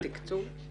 יש לזה תקצוב?